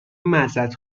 معذرت